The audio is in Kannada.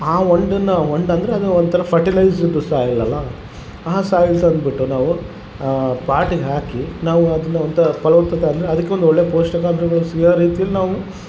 ಆ ಒಂಡನ್ನು ಒಂಡು ಅದ್ರ ಅಂದರೆ ಅದು ಒಂಥರ ಫರ್ಟಿಲೈಸಡ್ ಸಾಯ್ಲ್ ಅಲ ಆ ಸಾಯ್ಲ್ ತಂದುಬಿಟ್ಟು ನಾವು ಪಾಟಿಗೆ ಹಾಕಿ ನಾವು ಅದನ್ನು ಒಂಥರ ಫಲವತ್ತತೆ ಆದ್ಮೇಲ್ ಅದಕ್ಕೆ ಒಂದು ಒಳ್ಳೇ ಪೋಷಕಾಂಶಗಳು ಸಿಗೊ ರೀತಿಲಿ ನಾವು